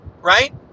right